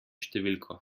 številko